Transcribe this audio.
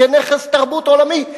כנכס תרבות עולמי,